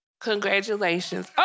Congratulations